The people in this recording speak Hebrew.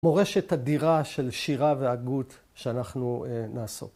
‫מורשת אדירה של שירה והגות ‫שאנחנו נעסוק בה.